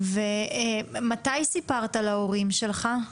מתי סיפרת להורים שלך?